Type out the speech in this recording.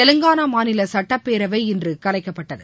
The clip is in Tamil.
தெலங்கானா மாநில சுட்டப்பேரவை இன்று கலைக்கப்பட்டது